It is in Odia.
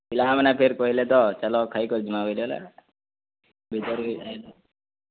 ପିଲାମାନେ ଫିର୍ କହିଲେ ତ ଚାଲ ଖାଇକରି ଯିମା ବୋଇଲେ ହେଲେ ଭିତର୍କେ ଯାଇନୁ